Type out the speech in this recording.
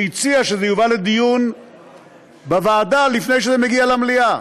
שהציעה שזה יובא לדיון בוועדה לפני שזה מגיע למליאה.